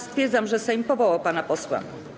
Stwierdzam, że Sejm powołał pana posła.